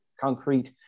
concrete